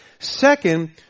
Second